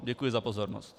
Děkuji za pozornost.